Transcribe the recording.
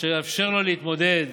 אשר תאפשר לו להתמודד